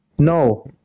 No